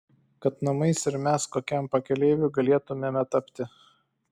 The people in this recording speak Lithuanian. kad namais ir mes kokiam pakeleiviui galėtumėme tapti